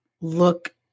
look